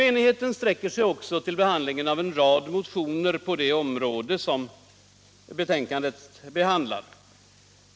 Enigheten sträcker sig också till behandlingen av en rad motioner på det område som betänkandet behandlar.